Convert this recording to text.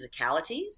physicalities